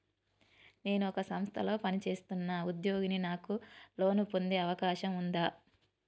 నేను ఒక సంస్థలో పనిచేస్తున్న ఉద్యోగిని నాకు లోను పొందే అవకాశం ఉందా?